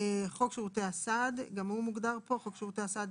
התשכ״ט-1969; ״חוק שירותי הסעד״ - חוק שירותי הסעד,